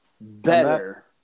better